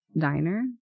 diner